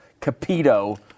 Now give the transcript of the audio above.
Capito